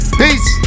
peace